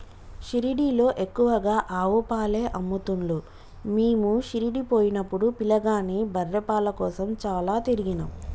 షిరిడీలో ఎక్కువగా ఆవు పాలే అమ్ముతున్లు మీము షిరిడీ పోయినపుడు పిలగాని బర్రె పాల కోసం చాల తిరిగినం